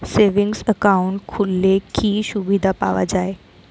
Savings account খুললে কি সুবিধা পাওয়া যায়?